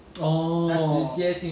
orh